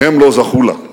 שהם לא זכו לה.